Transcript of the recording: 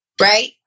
Right